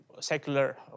secular